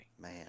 Man